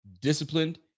disciplined